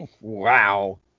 Wow